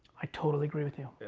i totally agree with you.